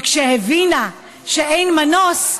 וכשהבינה שאין מנוס,